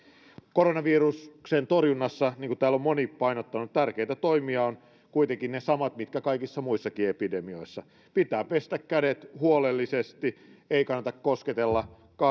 koronaviruksen torjunnassa niin kuin täällä on moni painottanut tärkeitä toimia ovat kuitenkin ne samat kuin kaikissa muissakin epidemioissa pitää pestä kädet huolellisesti ei kannata kosketella